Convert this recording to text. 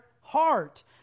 heart